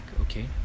okay